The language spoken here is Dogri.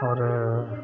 होर